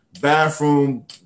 bathroom